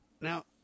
Now